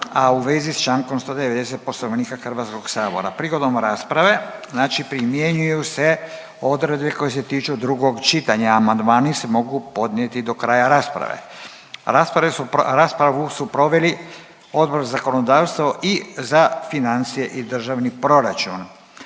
a u vezi s čl. 190. Poslovnika HS-a. Prigodom rasprave znači primjenjuju se odredbe koje se tiču drugog čitanja. Amandmani se mogu podnijeti do kraja rasprave. Raspravu su proveli Odbor za zakonodavstvo i za financije i državni proračun.